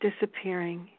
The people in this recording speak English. Disappearing